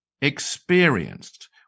experienced